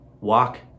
walk